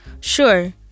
sure